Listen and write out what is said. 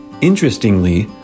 Interestingly